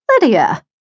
Lydia